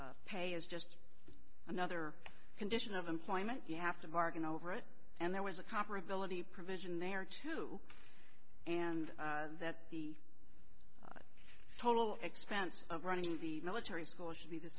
stewart pay is just another condition of employment you have to bargain over it and there was a comparability provision in there too and that the total expense of running the military school should be the